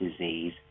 disease